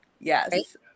Yes